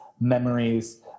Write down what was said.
memories